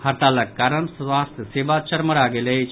हड़तालक कारण स्वास्थ्य सेवा चरमरा गेल अछि